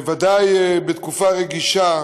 ודאי בתקופה רגישה,